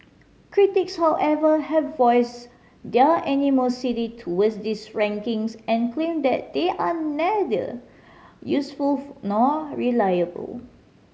critics however have voiced their animosity toward these rankings and claim that they are neither useful nor reliable